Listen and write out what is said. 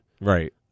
Right